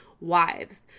wives